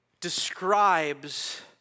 describes